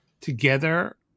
together